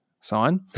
sign